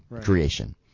creation